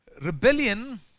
rebellion